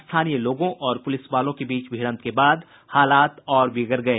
स्थानीय लोगों और पुलिसवालों के बीच भिड़न्त के बाद हालात और बिगड़ गए